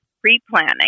pre-planning